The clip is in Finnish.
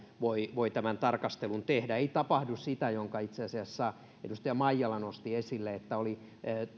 voi voi tämän tarkastelun tehdä eikä tapahdu sitä minkä itse asiassa edustaja maijala nosti esille että oli